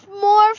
more